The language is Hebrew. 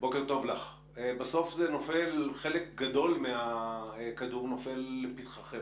בוקר טוב לך, בסוף חלק גדול מהכדור נופל לפתחכם,